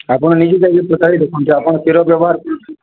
ଆପଣ ନିଜେ ଯାଇକି ପଚାରି ଦେଖନ୍ତୁ ଆପଣ କ୍ଷୀର ବ୍ୟବହାର କରୁଛନ୍ତି